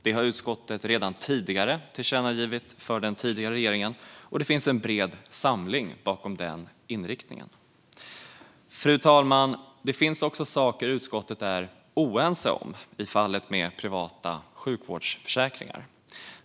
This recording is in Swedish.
Det har utskottet redan tidigare tillkännagivit för den förra regeringen, och det finns en bred samling bakom en sådan inriktning. Fru talman! Det finns också saker utskottet är oense om i fallet med privata sjukvårdsförsäkringar.